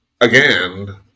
again